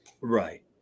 Right